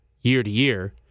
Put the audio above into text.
year-to-year